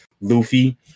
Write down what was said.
luffy